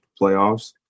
playoffs